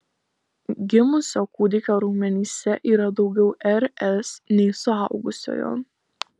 gimusio kūdikio raumenyse yra daugiau rs nei suaugusiojo